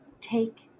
take